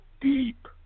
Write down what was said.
deep